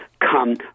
come